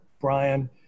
Brian